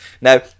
Now